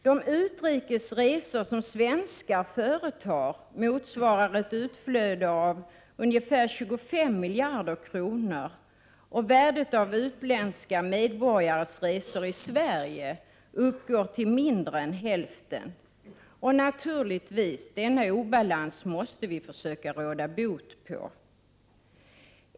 De utrikes resor som svenskar företar motsvarar ett utflöde av ca 25 miljarder kronor, och värdet av utländska medborgares resor i Sverige uppgår till mindre än hälften. Denna obalans måste vi naturligtvis försöka råda bot på.